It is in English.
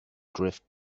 drift